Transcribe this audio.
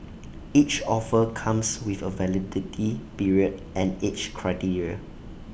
each offer comes with A validity period and age criteria